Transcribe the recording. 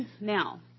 Now